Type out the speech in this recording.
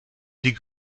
die